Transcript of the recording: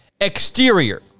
Exterior